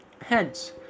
Hence